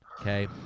okay